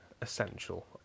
essential